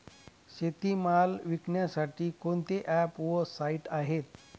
शेतीमाल विकण्यासाठी कोणते ॲप व साईट आहेत?